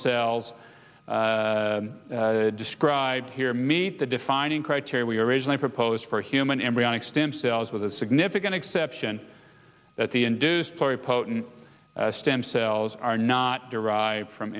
cells described here meet the defining criteria we originally proposed for human embryonic stem cells with the significant exception that the induced pluripotent stem cells are not derived from